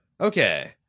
Okay